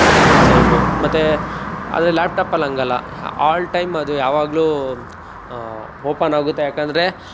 ಎಷ್ಟೊಂದು ಸೈಮು ಮತ್ತೇ ಅದೇ ಲ್ಯಾಪ್ಟಾಪಲ್ಲಿ ಹಂಗಲ್ಲ ಆಲ್ ಟೈಮ್ ಅದು ಯಾವಾಗಲೂ ಓಪನಾಗುತ್ತೆ ಏಕೆಂದ್ರೆ